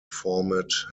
format